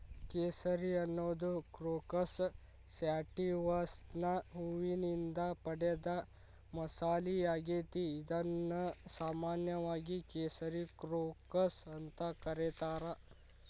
ಕೇಸರಿ ಅನ್ನೋದು ಕ್ರೋಕಸ್ ಸ್ಯಾಟಿವಸ್ನ ಹೂವಿನಿಂದ ಪಡೆದ ಮಸಾಲಿಯಾಗೇತಿ, ಇದನ್ನು ಸಾಮಾನ್ಯವಾಗಿ ಕೇಸರಿ ಕ್ರೋಕಸ್ ಅಂತ ಕರೇತಾರ